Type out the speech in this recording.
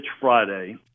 Friday